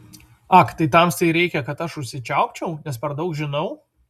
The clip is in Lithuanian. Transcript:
ak tai tamstai reikia kad aš užsičiaupčiau nes per daug žinau